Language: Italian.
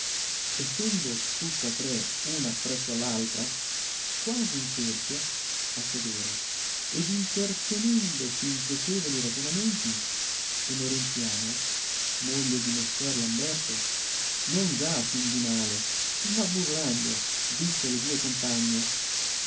essendo tutta tre una appresso l'altra quasi in cerchio a sedere ed intertenendosi in piacevoli ragionamenti emerenziana moglie di messer lamberto non già a fine di male ma burlando disse alle due compagne